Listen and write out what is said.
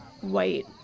white